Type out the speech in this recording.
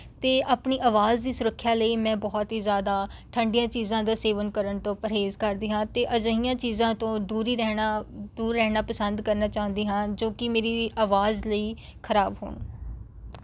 ਅਤੇ ਆਪਣੀ ਆਵਾਜ਼ ਦੀ ਸੁਰੱਖਿਆ ਲਈ ਮੈਂ ਬਹੁਤ ਹੀ ਜ਼ਿਆਦਾ ਠੰਡੀਆਂ ਚੀਜ਼ਾਂ ਦਾ ਸੇਵਨ ਕਰਨ ਤੋਂ ਪ੍ਰਹੇਜ਼ ਕਰਦੀ ਹਾਂ ਅਤੇ ਅਜਿਹੀਆਂ ਚੀਜ਼ਾਂ ਤੋਂ ਦੂਰ ਹੀ ਰਹਿਣਾ ਦੂਰ ਰਹਿਣਾ ਪਸੰਦ ਕਰਨਾ ਚਾਹੁੰਦੀ ਹਾਂ ਜੋ ਕਿ ਮੇਰੀ ਆਵਾਜ਼ ਲਈ ਖ਼ਰਾਬ ਹੋਣ